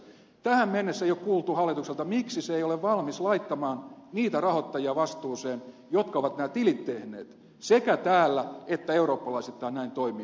tähän mennessä ei ole kuultu hallitukselta miksi se ei ole valmis laittamaan niitä rahoittajia vastuuseen jotka ovat nämä tilit tehneet sekä täällä että eurooppalaisittain näin toimien